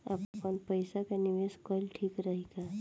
आपनपईसा के निवेस कईल ठीक रही का?